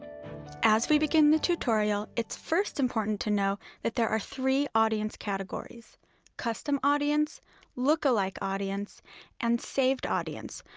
as we begin the tutorial, it's first important to know that there are three audience categories custom audience lookalike audience and saved audience,